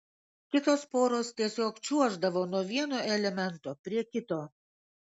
kitos poros tiesiog čiuoždavo nuo vieno elemento prie kito